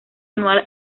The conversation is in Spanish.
anual